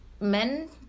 men